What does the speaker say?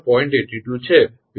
82 છે